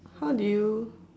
how did you